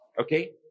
Okay